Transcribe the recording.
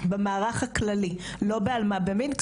במערך הכללי לא באלמ"ב ומין,